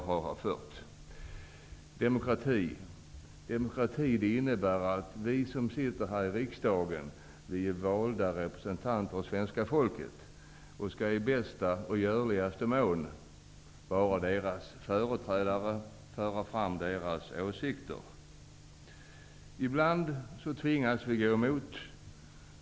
Demokrati innebär att vi som sitter här i riksdagen är valda som representanter för svenska folket, att vi i bästa och görligaste mån skall vara deras företrädare och föra fram deras åsikter. Ibland tvingas vi gå emot dem.